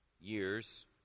years